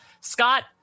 Scott